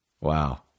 Wow